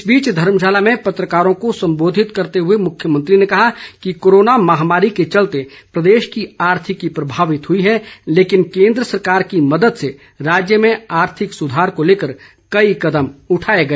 इस बीच धर्मशाला में पत्रकारों को संबोधित करते हुए मुख्यमंत्री ने कहा कि कोरोना महामारी के चलते प्रदेश की आर्थिकी प्रभावित हुई है लेकिन केन्द्र सरकार की मदद से राज्य में आर्थिक सुधार को लेकर कई कदम उठाए गए